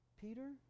Peter